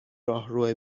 راهرو